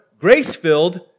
grace-filled